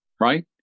Right